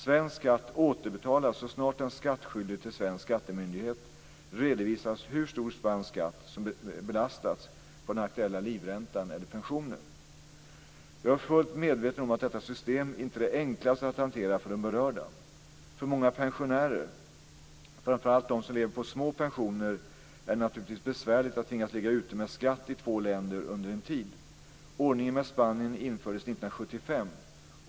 Svensk skatt återbetalas så snart den skattskyldige till svensk skattemyndighet redovisat hur stor spansk skatt som betalats på den aktuella livräntan eller pensionen. Jag är fullt medveten om att detta system inte är det enklaste att hantera för de berörda. För många pensionärer, framför allt de som lever på små pensioner, är det naturligtvis besvärligt att tvingas ligga ute med skatt i två länder under en tid. Ordningen med Spanien infördes 1975.